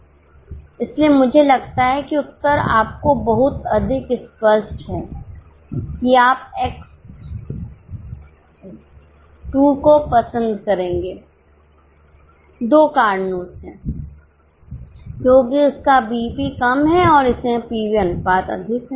इसलिए मुझे लगता है कि उत्तर आपको बहुत अधिक स्पष्ट है कि आप X 2 को पसंद करेंगे 2 कारणों से क्योंकि इसका बीईपी कम है और इसमें पीवी अनुपात अधिक है